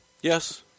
Yes